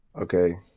okay